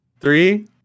Three